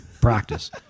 practice